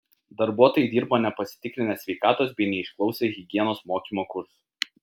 darbuotojai dirbo nepasitikrinę sveikatos bei neišklausę higienos mokymo kursų